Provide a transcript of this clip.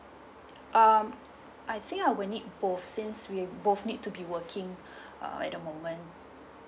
um I think I will need both since we both need to be working uh at the moment